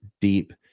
deep